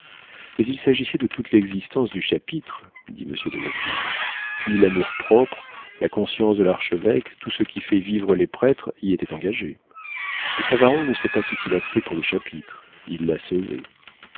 mais il s'agissait de toute l'existence du chapitre dit monsieur de watteville puis l'amour-propre la conscience de l'archevêque tout ce qui fait vivre les prêtres y était engagé ce savaron ne sait pas ce qu'il a fait pour le chapitre il l'a sauvé